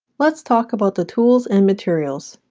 let's talk about the tools and materials